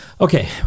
Okay